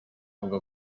bavuga